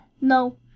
No